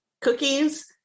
Cookies